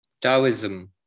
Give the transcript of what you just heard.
Taoism